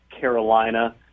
Carolina